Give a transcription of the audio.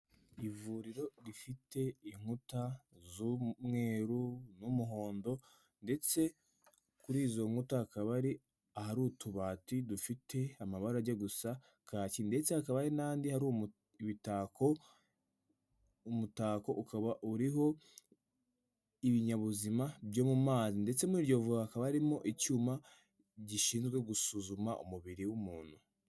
Ivuriro rifite inkuta z'umweru n'umuhondo, ndetse kuri izo nkuta hakaba hari ahari utubati dufite amabara ajya gusa kaki. Ndetse hakaba hari n'andi hari imitako, umutako ukaba uriho ibinyabuzima byo mu mazi ndetse muri iryo vuriro hakaba harimo icyuma gishinzwe gusuzuma umubiri w'umuntu.